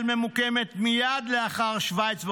ומדינת ישראל ממוקמת מיד לאחר שווייץ,